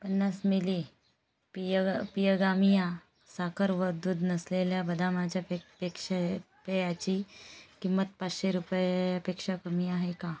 पन्नास मिली पिएग पिएगामिया साखर व दूध नसलेल्या बदामाच्यापेक्षा पेयाची किंमत पाचशे रुपयापेक्षा कमी आहे का